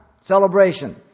celebration